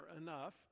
enough